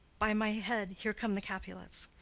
by my head, here come the capulets.